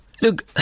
Look